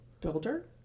Builder